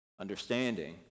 understanding